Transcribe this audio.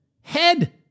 head